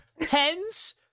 Pens